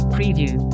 Preview